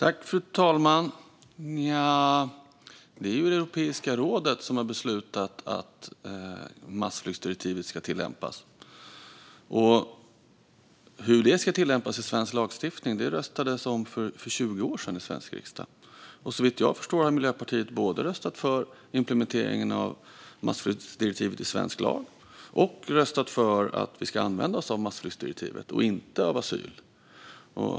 Fru talman! Nja, det är ju Europeiska rådet som har beslutat att massflyktsdirektivet ska tillämpas. Och hur det ska tillämpas i svensk lagstiftning röstades det om i Sveriges riksdag för 20 år sedan. Såvitt jag förstår har Miljöpartiet röstat för både implementeringen av massflyktsdirektivet i svensk lag och att vi ska använda oss av massflyktsdirektivet och inte asyl.